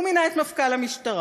הוא מינה את מפכ"ל המשטרה,